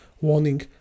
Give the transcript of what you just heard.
warning